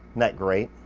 that great?